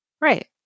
Right